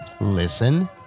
listen